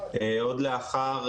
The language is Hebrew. עוד לאחר